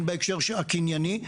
הן בהקשר הקנייני,